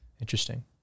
Interesting